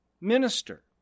Minister